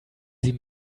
sie